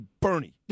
Bernie